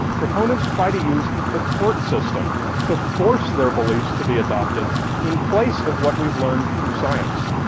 proponents try to use the court system to force their beliefs to be adopted in place of what we've learned through science.